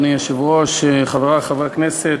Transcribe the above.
אדוני היושב-ראש, חברי חברי הכנסת,